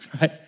right